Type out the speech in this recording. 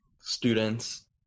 students